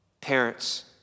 parents